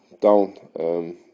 down